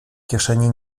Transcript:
kieszeni